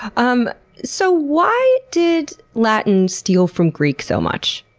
um so why did latin steal from greek so much?